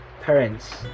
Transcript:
parents